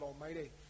Almighty